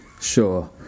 Sure